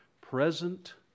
present